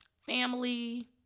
family